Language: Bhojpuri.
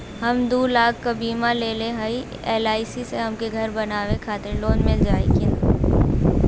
हम दूलाख क बीमा लेले हई एल.आई.सी से हमके घर बनवावे खातिर लोन मिल जाई कि ना?